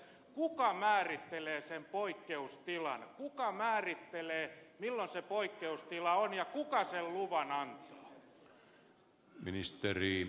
kuka määrittelee sen poikkeustilan kuka määrittelee milloin se poikkeustila on ja kuka sen luvan antaa